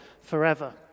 forever